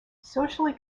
socially